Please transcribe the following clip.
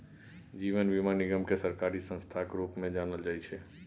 जीवन बीमा निगमकेँ सरकारी संस्थाक रूपमे जानल जाइत छै